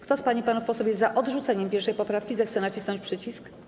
Kto z pań i panów posłów jest za odrzuceniem 1. poprawki, zechce nacisnąć przycisk.